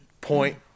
Point